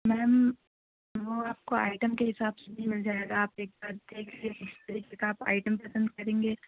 میم وہ آپ کو آئٹم کے حساب سے بھی مل جائے گا آپ ایک بار دیکھ لیجیے جیسے کہ آپ آئٹم پسند کریں گے